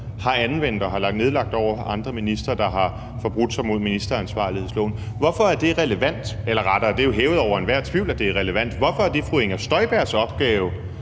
har anvendt og har lagt ned over andre ministre, der har forbrudt sig mod ministeransvarlighedsloven? Hvorfor er det ikke relevant? Eller rettere, for det er jo hævet over enhver tvivl, at det er relevant: Hvorfor er det fru Inger Støjbergs opgave